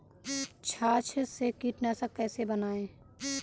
छाछ से कीटनाशक कैसे बनाएँ?